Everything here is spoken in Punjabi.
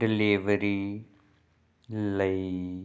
ਡਿਲੀਵਰੀ ਲਈ